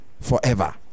forever